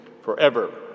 forever